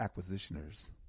acquisitioners